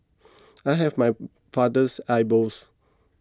I have my father's eyebrows